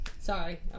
Sorry